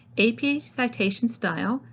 apa citation style.